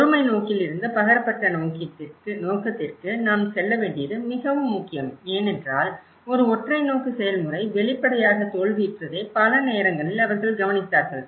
ஒருமை நோக்கில் இருந்து பகிரப்பட்ட நோக்கத்திற்கு நாம் செல்ல வேண்டியது மிகவும் முக்கியம் ஏனென்றால் ஒரு ஒற்றை நோக்கு செயல்முறை வெளிப்படையாக தோல்வியுற்றதை பல நேரங்களில் அவர்கள் கவனித்தார்கள்